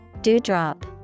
Dewdrop